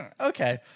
Okay